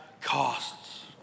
costs